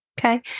Okay